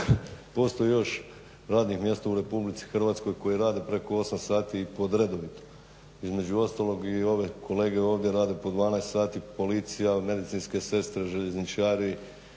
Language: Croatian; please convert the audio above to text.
postoji još radnih mjesta u Republici Hrvatskoj koji rade preko 8 sati i po redovnom, između ostalog i ove kolege ovdje rade po 12 sati, policija, medicinske sestre, željezničari.